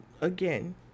again